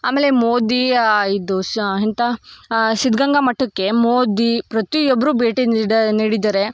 ಆಮೇಲೆ ಮೋದಿ ಇದು ಷಾ ಎಂತ ಸಿದ್ಧಗಂಗಾ ಮಠಕ್ಕೆ ಮೋದಿ ಪ್ರತಿಯೊಬ್ಬರೂ ಭೇಟಿ ನೀಡಿ ನೀಡಿದ್ದಾರೆ